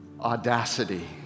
audacity